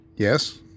Yes